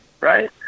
right